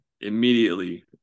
immediately